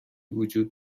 وجود